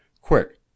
quick